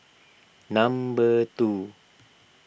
number two